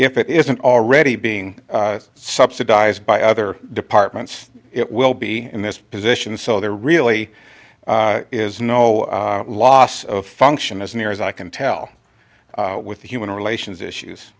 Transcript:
if it isn't already being subsidised by other departments it will be in this position so there really is no loss of function as near as i can tell with the human relations issues